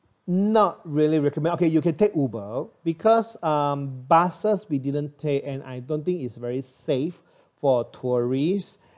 not really recommend okay you can take uber because uh buses we didn't take and I don't think it's very safe for tourists